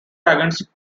wagons